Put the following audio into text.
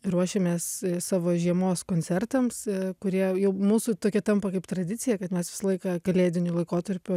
ruošiamės savo žiemos koncertams kurie jau mūsų tokia tampa tradicija kad mes visą laiką kalėdiniu laikotarpiu